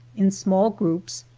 in small groups,